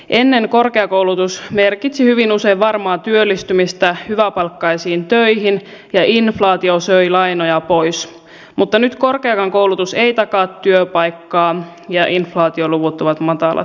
ennen korkeakoulutus merkitsi hyvin usein varmaa työllistymistä hyväpalkkaisiin töihin ja inflaatio söi lainoja pois mutta nyt korkeakaan koulutus ei takaa työpaikkaa ja inflaatioluvut ovat matalat